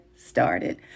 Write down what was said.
started